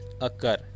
occur